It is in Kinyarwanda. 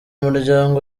muryango